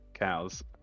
cows